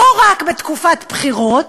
לא רק בתקופת בחירות,